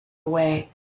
away